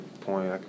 point